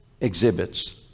exhibits